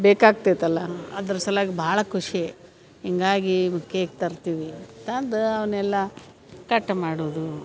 ಬೇಕಾಗ್ತೈತಲ್ಲ ಅದ್ರ ಸಲ್ವಾಗ್ ಭಾಳ ಖುಷಿ ಹಿಂಗಾಗಿ ಕೇಕ್ ತರ್ತೀವಿ ತಂದು ಅವನ್ನೆಲ್ಲ ಕಟ್ ಮಾಡುವುದು